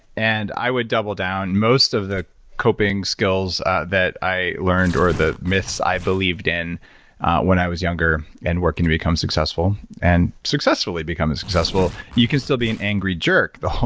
and i would double down most of the coping skills that i learned or the myths i believed in when i was younger and working to become successful and successfully become successful. you can still be an angry jerk the whole